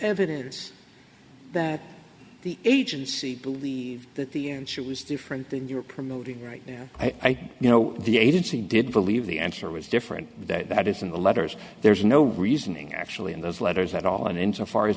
evidence that the agency believed that the answer was different than you're promoting right now i think you know the agency did believe the answer was different that it's in the letters there's no reasoning actually in those letters at all and insofar as